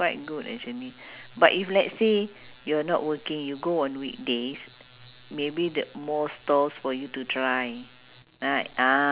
it's only hawker centre itself you know usually got market at the side right ah together this is just only for hawker cen~